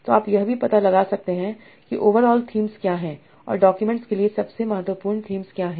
तो आप यह पता लगा सकते हैं कि ओवरआल थीम्स क्या हैं और डॉक्यूमेंट्स के लिए सबसे महत्वपूर्ण थीम्स क्या हैं